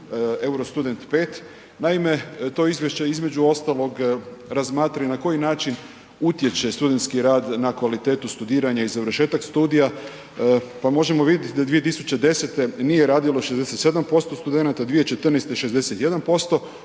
Eurostudent 5, naime to izvješće između ostalog razmatra i na koji način utječe studentski rad na kvalitetu studiranja i završetak studija, pa možemo vidit da 2010. nije radilo 67% studenata, 2014. 61%